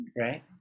Right